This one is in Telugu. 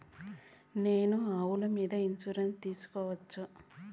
నేను ఆవుల మీద ఇన్సూరెన్సు సేసుకోవచ్చా?